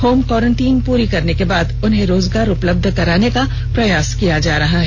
home quarantine पूरी करने के बाद उन्हें रोजगार उपलब्ध कराने का प्रयास चल रहा है